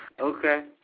Okay